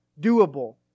doable